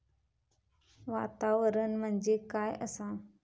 वातावरण म्हणजे काय असा?